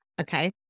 okay